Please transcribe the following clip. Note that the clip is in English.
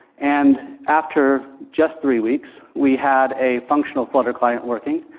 and after just three weeks, we had a functional flutter client working.